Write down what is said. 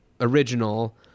original